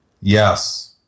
Yes